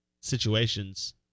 situations